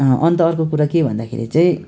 अँ अन्त अर्को कुरा के भन्दाखेरि चाहिँ